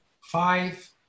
five